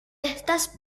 estas